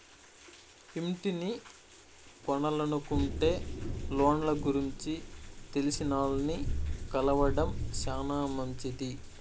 ఇంటిని కొనలనుకుంటే లోన్ల గురించి తెలిసినాల్ని కలవడం శానా మంచిది